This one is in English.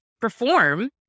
perform